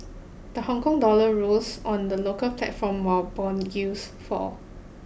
the Hong Kong dollar rose on the local platform while bond yields fall